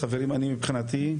מבחינתי,